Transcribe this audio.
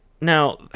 Now